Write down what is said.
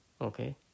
Okay